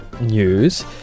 news